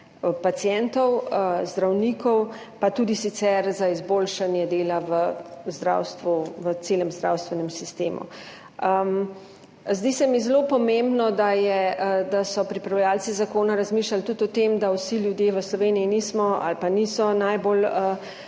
pacientov, zdravnikov, pa tudi sicer za izboljšanje dela v zdravstvu, v celem zdravstvenem sistemu. Zdi se mi zelo pomembno, da je, da so pripravljavci zakona razmišljali tudi o tem, da vsi ljudje v Sloveniji nismo ali pa niso najbolj